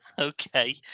Okay